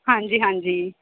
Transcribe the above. ਹਾਂਜੀ ਹਾਂਜੀ